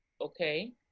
okay